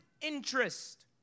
interest